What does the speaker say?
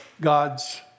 God's